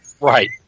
Right